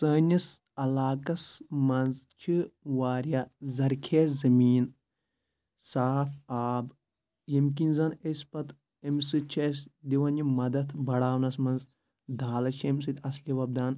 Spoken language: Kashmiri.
سٲنِس علاقَس منٛز چھِ واریاہ زَرخیز زٔمیٖن صاف آب ییٚمہِ کِنۍ زَن أسۍ پَتہٕ امہِ سۭتۍ چھِ اَسہِ دِوان یِم مَدَد بَڑاونَس منٛز دالہٕ چھِ امہِ سۭتۍ اَصلہِ وۄبدان